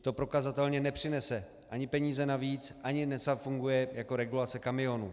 To prokazatelně nepřinese ani peníze navíc, ani nezafunguje jako regulace kamionů.